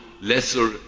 lesser